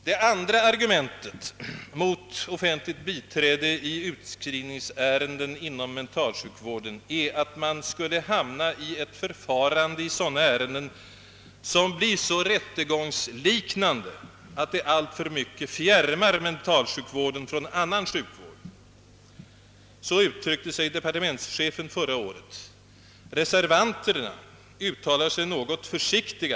Det andra agumentet mot offentligt biträde i utskrivningsärenden inom mentalsjukvården är att man skulle hamna i ett förfarande i sådana ären den, som blir så rättegångsliknande att det alltför mycket fjärmar mentalsjukvården från annan sjukvård. Så uttryckte sig departementschefen förra året. Reservanterna uttalar sig något mera försiktigt.